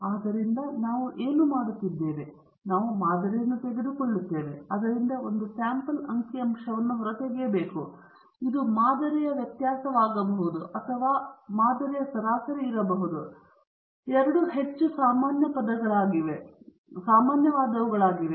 ಆದ್ದರಿಂದ ನಾವು ಏನು ಮಾಡುತ್ತಿದ್ದೇವೆ ನಾವು ಮಾದರಿಯನ್ನು ತೆಗೆದುಕೊಳ್ಳುತ್ತೇವೆ ಮತ್ತು ಅದರಿಂದ ಒಂದು ಸ್ಯಾಂಪಲ್ ಅಂಕಿ ಅಂಶವನ್ನು ಹೊರತೆಗೆಯಬೇಕು ಇದು ಮಾದರಿಯ ವ್ಯತ್ಯಾಸವಾಗಬಹುದು ಅಥವಾ ಇದು ಮಾದರಿಯ ಸರಾಸರಿ ಇರಬಹುದು ಇವುಗಳು ಎರಡು ಹೆಚ್ಚು ಸಾಮಾನ್ಯವಾದವುಗಳಾಗಿವೆ